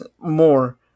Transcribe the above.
more